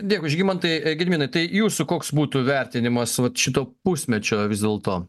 dėkui žygimantai gediminai tai jūsų koks būtų vertinimas vat šito pusmečio vis dėlto